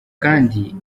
kandi